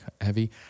heavy